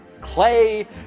clay